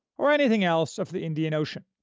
or anything else of the indian ocean.